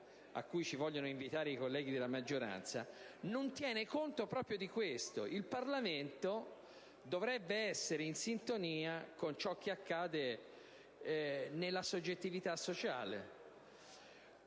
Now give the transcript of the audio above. a cui vogliono invitarci i colleghi della maggioranza, non tenga conto proprio di questo. Il Parlamento dovrebbe essere in sintonia con ciò che accade nella soggettività sociale;